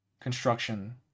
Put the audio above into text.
construction